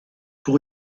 pour